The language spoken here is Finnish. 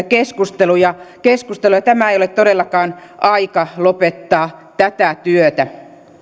keskustelua ja keskustelua ja tämä ei ole todellakaan aika lopettaa tätä työtä